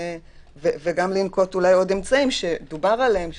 וגם לנקוט עוד אמצעים שדובר עליהם,